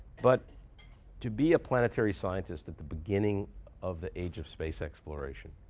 but to be a planetary scientist at the beginning of the age of space exploration,